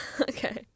Okay